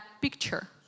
picture